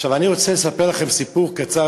אני רוצה לספר לכם סיפור קצר,